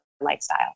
lifestyle